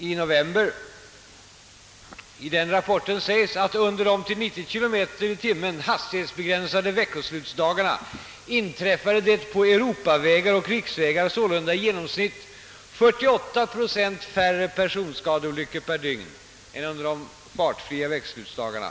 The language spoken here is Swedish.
I novemberrapporten framhålles, att under de till 90 kilometer i timmen hastighetsbegränsade veckoslutsdagarna inträffade det på europavägar och riksvägar sålunda i genomsnitt 48 procent färre personskadeolyckor per dygn än under de fartfria veckoslutsdagarna.